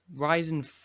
Ryzen